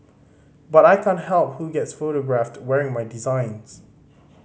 but I can't help who gets photographed wearing my designs